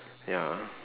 ya